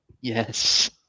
Yes